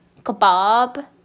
kebab